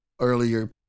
earlier